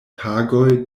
tagoj